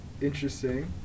Interesting